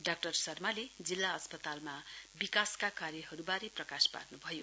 doctor शर्माले जिल्ला अस्पतालमा विकासका कार्यहरूबारे प्रकाश पार्नुभयो